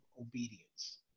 obedience